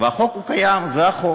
והחוק קיים, זה החוק.